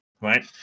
right